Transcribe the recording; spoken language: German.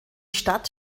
stadt